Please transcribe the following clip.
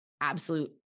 absolute